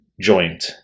joint